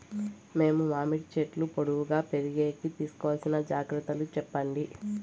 మేము మామిడి చెట్లు పొడువుగా పెరిగేకి తీసుకోవాల్సిన జాగ్రత్త లు చెప్పండి?